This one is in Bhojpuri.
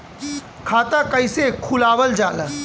खाता कइसे खुलावल जाला?